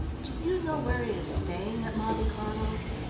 do you know where he is staying at monte carlo?